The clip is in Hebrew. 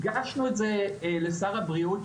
הגשנו את זה לשר הבריאות,